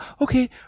okay